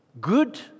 Good